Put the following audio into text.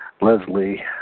Leslie